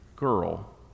Girl